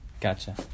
Gotcha